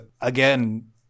again